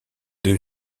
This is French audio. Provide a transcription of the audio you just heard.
deux